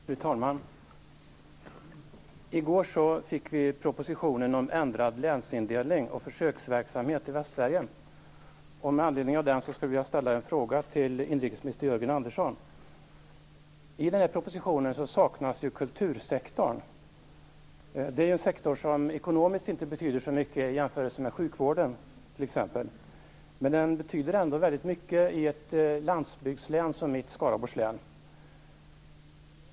Fru talman! I går fick vi propositionen om ändrad länsindelning och försöksverksamhet i Västsverige. I propositionen saknas kultursektorn - en sektor som ekonomiskt inte betyder så mycket i jämförelse med sjukvården t.ex., men som betyder mycket i ett landsbygdslän som mitt hemlän, Skaraborgs län.